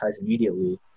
immediately